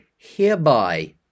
Hereby